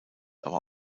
aber